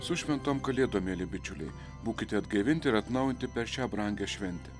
su šventom kalėdom mieli bičiuliai būkite atgaivinti ir atnaujinti per šią brangią šventę